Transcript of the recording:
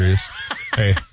Hey